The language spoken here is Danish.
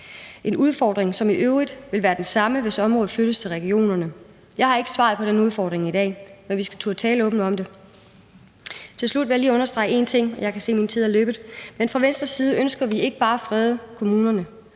en udfordring, som i øvrigt vil være den samme, hvis området flyttes til regionerne. Jeg har ikke svaret på den udfordring i dag, men vi skal turde tale åbent om det. Til slut vil jeg lige understrege en ting – jeg kan se, min tid er løbet. Fra Venstres side ønsker vi ikke bare at frede kommunerne.